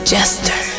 Jester